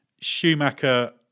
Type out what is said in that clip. Schumacher